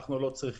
אנחנו לא צריכים".